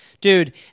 Dude